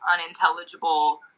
unintelligible